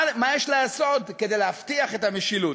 מה יש לעשות כדי להבטיח את המשילות?